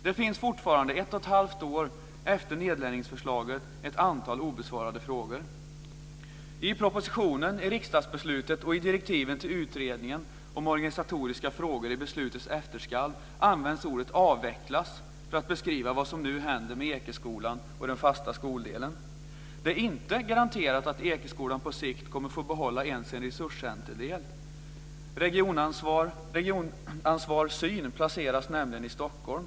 Det finns fortfarande, ett och ett halvt år efter nedläggningsförslaget, ett antal obesvarade frågor. I propositionen, i riksdagsbeslutet och i direktiven till utredningen om organisatoriska frågor i beslutets efterskalv används ordet "avvecklas" för att beskriva vad som nu händer med Ekeskolan och den fasta skoldelen. Det är inte garanterat att Ekeskolan på sikt kommer att få behålla ens sin resurscentrumdel. Regionansvar Syn placeras nämligen i Stockholm.